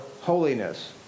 holiness